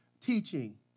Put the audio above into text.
teaching